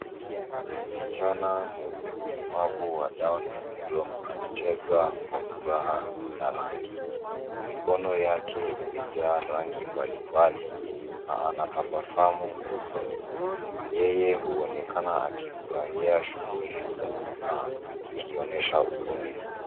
Msichana mwenye ulemavu wa down syndrome [cs anacheza kwa furaha na rangi. Mikono yake imajaa rangi mbalimbali na anatabasamu usoni. Yeye huonekana akifurahia shughuli za sanaa akionyesha ubunifu.